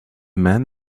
man